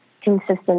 consistent